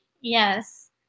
Yes